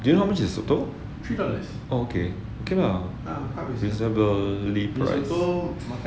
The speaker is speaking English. do you know how much is mee soto oh okay okay lah reasonable price